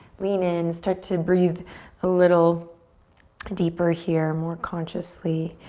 lean in. start to breathe a little deeper here, more consciously.